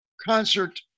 concert